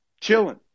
chilling